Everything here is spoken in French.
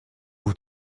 vous